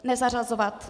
Nezařazovat.